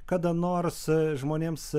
kada nors žmonėms